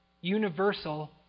universal